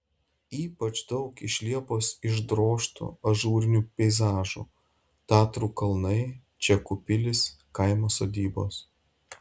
ypač daug iš liepos išdrožtų ažūrinių peizažų tatrų kalnai čekų pilys kaimo sodybos